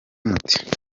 mute